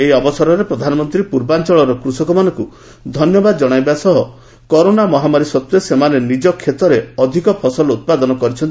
ଏହି ଅବସରରେ ପ୍ରଧାନମନ୍ତ୍ରୀ ପୂର୍ବାଂଚଳର କୃଷକମାନଙ୍କ ଧନ୍ୟବାଦ କଣାଇବା ସହ କହିଛନ୍ତି ଯେ କରୋନା ମହାମାରୀ ସତ୍ୱେ ସେମାନେ ନିଜ କ୍ଷେତରେ ଅଧିକ ଫସଲ ଉତ୍ପାଦନ କରିଛନ୍ତି